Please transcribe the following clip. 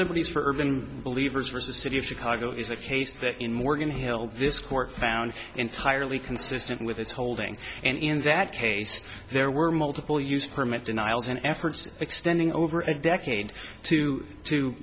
liberties for urban believers the city of chicago is a case that in morgan hill this court found entirely consistent with its holding and in that case there were multiple use permit denials and efforts extending over a decade to to